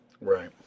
right